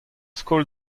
skol